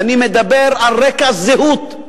ואני מדבר על רקע זהות,